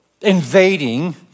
invading